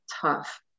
tough